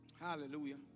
hallelujah